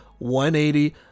180